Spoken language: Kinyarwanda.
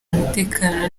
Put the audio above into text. umutekano